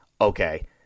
Okay